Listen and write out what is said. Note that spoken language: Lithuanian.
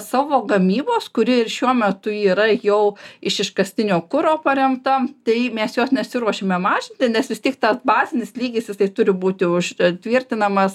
savo gamybos kuri ir šiuo metu yra jau iš iškastinio kuro paremta tai mes jos nesiruošiame mažinti nes vis tiek ta bazinis lygis jisai turi būti užtvirtinamas